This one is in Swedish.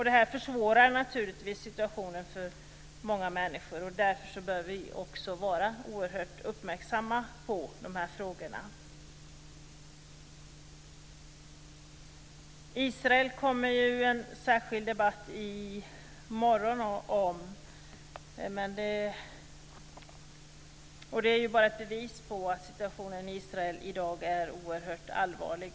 Detta försvårar naturligtvis situationen för många människor, och därför bör vi också vara oerhört uppmärksamma på de här frågorna. Det kommer en särskild debatt om Israel i morgon. Det är ju bara ett bevis på att situationen i Israel i dag är oerhört allvarlig.